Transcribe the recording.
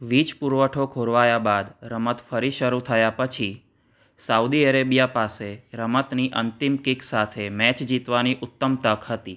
વીજ પુરવઠો ખોરવાયા બાદ રમત ફરી શરૂ થયા પછી સાઉદી અરેબિયા પાસે રમતની અંતિમ કિક સાથે મેચ જીતવાની ઉત્તમ તક હતી